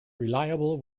reliable